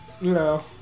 No